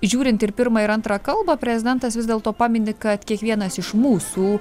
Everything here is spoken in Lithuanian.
žiūrint ir pirmą ir antrą kalbą prezidentas vis dėlto pamini kad kiekvienas iš mūsų